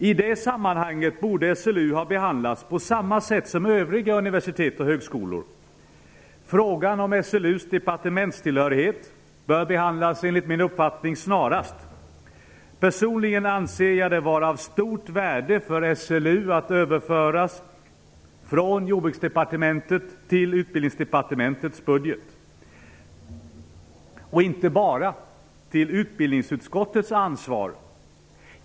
I det sammanhanget borde SLU ha behandlats på samma sätt som övriga universitet och högskolor. Frågan om SLU:s departementstillhörighet bör enligt min uppfattning behandlas snarast. Personligen anser jag det vara av stort värde för SLU att överföras från Jordbruksdepartementets till Utbildningsdepartementets budget och inte bara till utbildningsutskottets ansvarsområde.